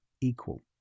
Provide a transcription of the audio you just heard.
equal